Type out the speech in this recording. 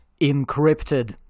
encrypted